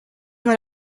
what